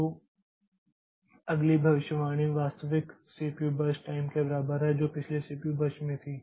तो अगली भविष्यवाणी वास्तविक सीपीयू बर्स्ट टाइम के बराबर है जो पिछले सीपीयू बर्स्ट में थी